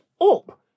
up